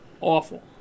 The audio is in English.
awful